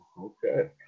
okay